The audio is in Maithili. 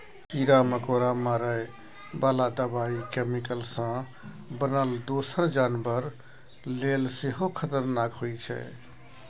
कीरा मकोरा मारय बला दबाइ कैमिकल सँ बनल दोसर जानबर लेल सेहो खतरनाक होइ छै